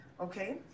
Okay